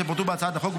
שפורטו בהצעת החוק,